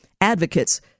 advocates